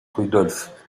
rudolf